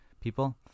people